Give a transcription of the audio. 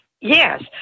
Yes